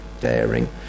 daring